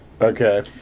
Okay